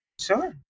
sure